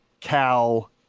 Cal